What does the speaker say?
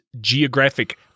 geographic